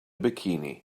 bikini